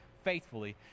faithfully